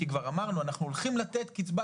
כי כבר אמרנו: אנחנו הולכים לתת קצבה,